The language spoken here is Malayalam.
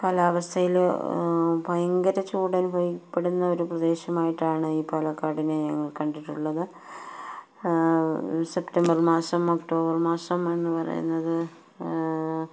കാലാവസ്ഥയില് ഭയങ്കരം ചൂടനുഭവപ്പെടുന്ന ഒരു പ്രദേശമായിട്ടാണ് ഈ പാലക്കാടിനെ ഞങ്ങൾ കണ്ടിട്ടുള്ളത് സെപ്റ്റംബർ മാസം ഒക്ടോബർ മാസം എന്ന് പറയുന്നത്